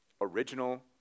original